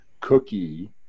cookie